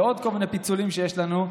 ועוד כל מיני פיצולים שיש לנו,